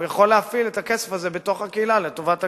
הוא יכול להפעיל את הכסף הזה בתוך הקהילה לטובת הקשישים.